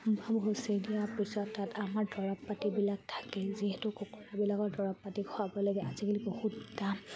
ভুচি দিয়াৰ পিছত তাত আমাৰ দৰৱ পাতিবিলাক থাকে যিহেতু কুকুৰাবিলাকৰ দৰৱ পাতি খোৱাব লাগে আজিকালি বহুত দাম